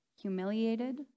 humiliated